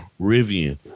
Rivian